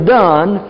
done